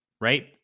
Right